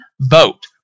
vote